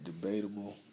debatable